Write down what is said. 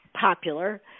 popular